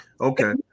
Okay